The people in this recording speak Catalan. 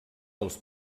dels